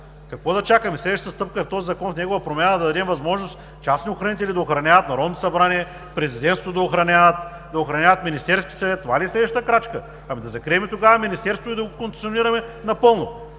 Какво да чакаме? Следващата стъпка е в този закон, с негова промяна да дадем възможност частни охранители да охраняват Народното събрание, Президентството да охраняват, да охраняват Министерския съвет – това ли е следващата крачка? Ами, да закрием тогава министерството и да го концесионираме напълно.